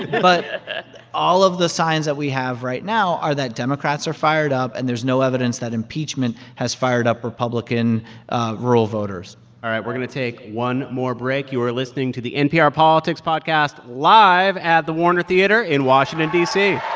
but all of the signs that we have right now are that democrats are fired up. and there's no evidence that impeachment has fired up republican rural voters all right. we're going to take one more break. you are listening to the npr politics podcast live at the warner theatre in washington, d c